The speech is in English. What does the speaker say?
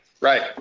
right